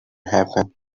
happen